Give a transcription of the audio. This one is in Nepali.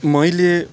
मैले